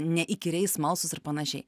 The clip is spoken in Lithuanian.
neįkyriai smalsūs ir panašiai